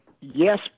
yes